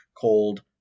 called